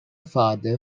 father